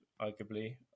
arguably